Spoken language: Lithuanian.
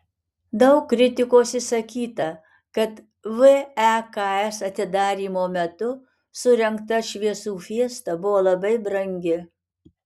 daug kritikos išsakyta kad veks atidarymo metu surengta šviesų fiesta buvo labai brangi